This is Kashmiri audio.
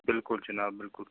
بِلکُل جِناب بِلکُل